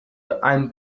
ein